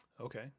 okay